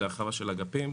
זו הרחבה של אגפים.